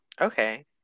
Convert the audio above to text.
Okay